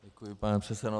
Děkuji, pane předsedo.